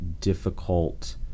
difficult